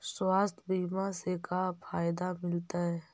स्वास्थ्य बीमा से का फायदा मिलतै?